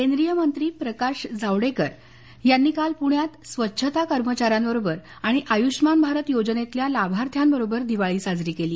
केंद्रीय मंत्री प्रकाश जावडेकर यांनी काल पुण्यात स्वच्छता कर्मचाऱ्यांबरोबर आणि आयुष्यमान भारत योजनेतल्या लाभार्थ्याबरोबर दिवाळी साजरी केली